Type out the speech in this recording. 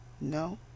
No